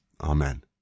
Amen